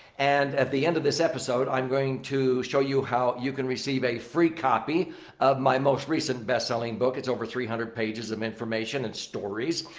and at the end of this episode, i'm going to show you how you can receive a free copy of my most recent best-selling book. it's over three hundred pages of information and stories.